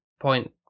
point